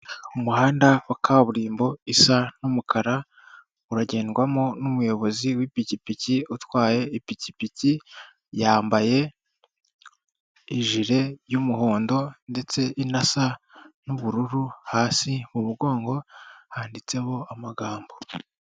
Umuhanda wa kaburimbo isa n'umukara uragendwamo n'umuyobozi w'ipikipiki, utwaye ipikipiki, yambaye Ijere y'umuhondo ndetse inasa n'ubururu, hasi mu mugongo handitseho amagambo.